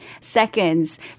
seconds